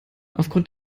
aufgrund